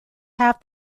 have